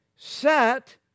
Sat